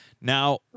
Now